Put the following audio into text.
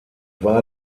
war